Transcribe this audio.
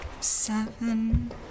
Seven